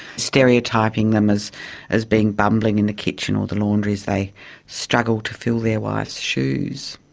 stereotyping them as as being bumbling in the kitchen or the laundry as they struggle to fill their wives' shoes.